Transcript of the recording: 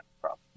problem